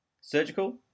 Surgical